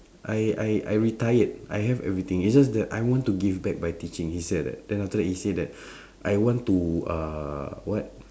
I I I retired I have everything it's just that I want to give back by teaching he said that then after he said that I want to uh what